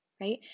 right